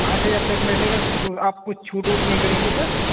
آٹھ ہزار تک بیٹھے گا پھر تو تو آپ کچھ چھوٹ ووٹ نہیں کریں گے سر